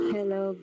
Hello